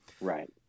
Right